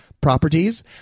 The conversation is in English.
Properties